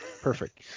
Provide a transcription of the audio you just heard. Perfect